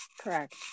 Correct